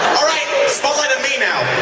alright! spotlight on me now!